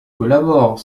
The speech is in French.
collaborent